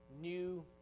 new